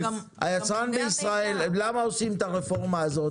היצרן בישראל אז למה עושים את הרפורמה הזאת?